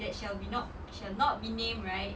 that shall be not shall not be named right